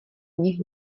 nich